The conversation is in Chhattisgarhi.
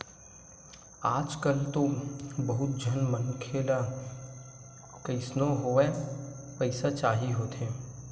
आजकल तो बहुत झन मनखे ल कइसनो होवय पइसा चाही होथे